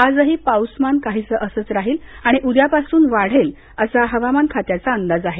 आजही पाऊसमान काहीसं असंच राहील आणि उद्यापासून वाढेल असा हवामान खात्याचा अंदाज आहे